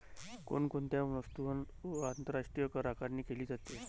कोण कोणत्या वस्तूंवर आंतरराष्ट्रीय करआकारणी केली जाते?